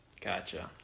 Gotcha